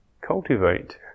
cultivate